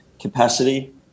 capacity